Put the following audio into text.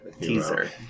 teaser